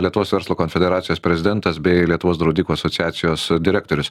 lietuvos verslo konfederacijos prezidentas bei lietuvos draudikų asociacijos direktorius